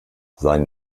sein